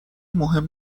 مهم